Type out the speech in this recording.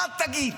מה תגיד?